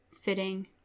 fitting